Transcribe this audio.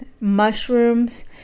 mushrooms